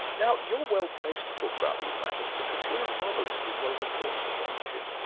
now you're well-placed to talk about these matters because you're a novelist as well as a philosopher, aren't you?